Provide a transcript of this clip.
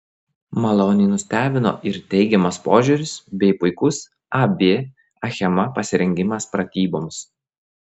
maloniai nustebino ir teigiamas požiūris bei puikus ab achema pasirengimas pratyboms